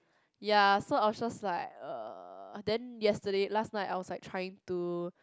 ya so I was just like uh then yesterday last night I was like trying to